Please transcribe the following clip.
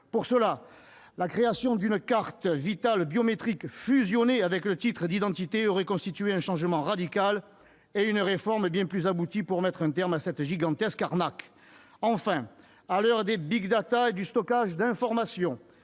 Pour cela, la création d'une carte Vitale biométrique fusionnée avec le titre d'identité aurait constitué un changement radical, et une réforme bien plus aboutie, pour mettre un terme à cette gigantesque arnaque. Enfin, à l'heure des big data et du stockage d'informations,